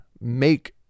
make